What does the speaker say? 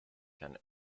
can